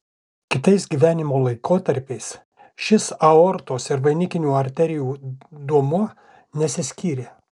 kitais gyvenimo laikotarpiais šis aortos ir vainikinių arterijų duomuo nesiskyrė